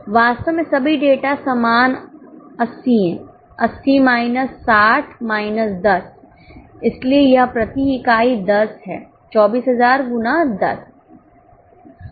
वास्तव में सभी डेटा समान 80 है 80 माइनस 60 माइनस 10 इसलिए यह प्रति इकाई 10 है 24000 गुना 10